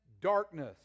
darkness